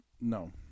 No